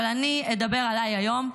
אבל אני אדבר עליי היום.